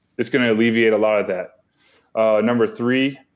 it's going to alleviate a lot of that ah number three,